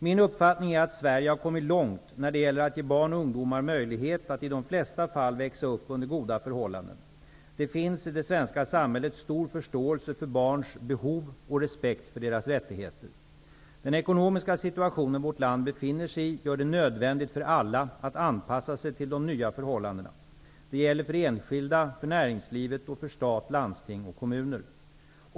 Min uppfattning är att Sverige har kommit långt när det gäller att ge barn och ungdomar möjlighet att i de flesta fall växa upp under goda förhållanden. Det finns i det svenska samhället stor förståelse för barns behov och respekt för deras rättigheter. Den ekonomiska situation som vårt land befinner sig i gör det nödvändigt för alla att anpassa sig till nya förhållanden. Det gäller för enskilda, för näringslivet och för stat, landsting och kommuner.